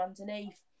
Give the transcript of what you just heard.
underneath